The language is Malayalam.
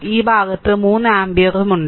ഈ ഭാഗത്ത് 3 ആമ്പിയർ ഉണ്ട്